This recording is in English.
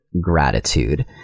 gratitude